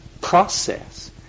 process